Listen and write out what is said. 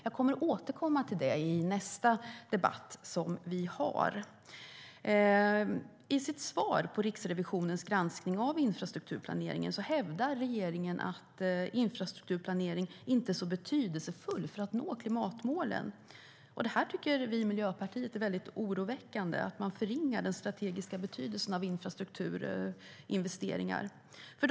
Jag kommer att återkomma till det i nästa debatt som vi ska ha. I sitt svar på Riksrevisionens granskning av infrastrukturplaneringen hävdar regeringen att infrastrukturplanering inte är så betydelsefull för att kunna nå klimatmålen. Det här tycker vi i Miljöpartiet är väldigt oroväckande. Man förringar den strategiska betydelsen av infrastrukturinvesteringar.